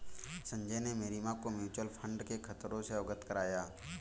संजय ने मेरी मां को म्यूचुअल फंड के खतरों से अवगत कराया